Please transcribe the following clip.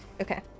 Okay